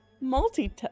multi